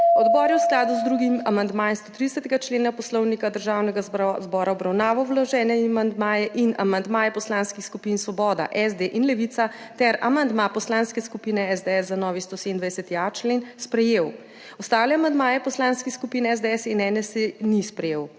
Odbor je v skladu z drugim amandmajem 130. člena Poslovnika Državnega zbora obravnaval vložene amandmaje in amandmaje poslanskih skupin Svoboda, SD in Levica ter amandma Poslanske skupine SDS za novi 127.a člen sprejel. Ostalih amandmajev poslanskih skupin SDS in NSi ni sprejel.